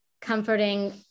comforting